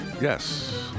yes